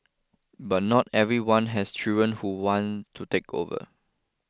but not everyone has children who want to take over